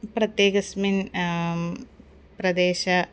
प्रत्येकस्मिन् प्रदेशे